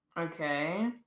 Okay